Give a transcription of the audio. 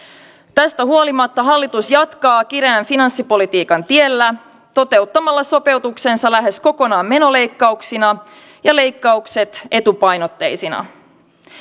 tästä huolimatta hallitus jatkaa kireän finanssipolitiikan tiellä toteuttamalla sopeutuksensa lähes kokonaan menoleikkauksina ja leikkaukset etupainotteisina